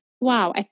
wow